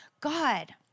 God